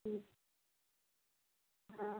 ठीक हाँ